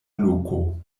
loko